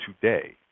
today